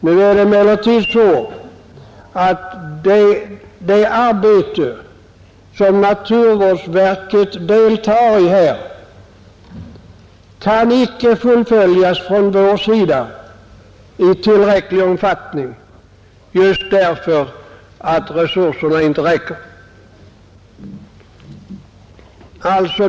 Nu kan emellertid inte det arbete som naturvårdsverket deltar i fullföljas i tillräcklig omfattning just därför att resurserna inte räcker till.